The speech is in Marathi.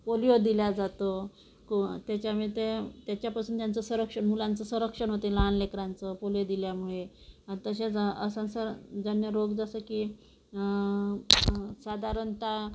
पोलिओ दिला जातो को त्याच्या मते त्याच्यापासून त्यांचं संरक्षण मुलांचं संरक्षण होते लहान लेकरांचं पोलिओ दिल्यामुळे आताशा जा असासा ज्यांना रोग जसं की साधारणतः